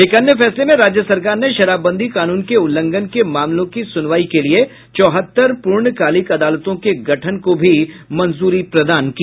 एक अन्य फैसले में राज्य सरकार ने शराबबंदी कानून के उल्लंघन के मामलों की सुनवाई के लिये चौहत्तर पूर्णकालिक अदालतों के गठन को भी मंजूरी प्रदान की